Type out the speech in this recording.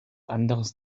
anderes